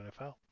nfl